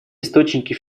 источники